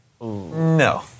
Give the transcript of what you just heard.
No